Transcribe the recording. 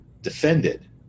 defended